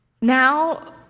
now